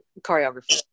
choreography